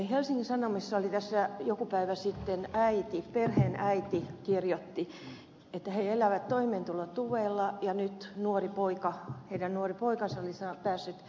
helsingin sanomissa joku päivä sitten perheenäiti kirjoitti että perhe elää toimeentulotuella ja nyt heidän nuori poikansa oli päässyt kesätöihin